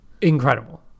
Incredible